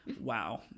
wow